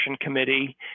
committee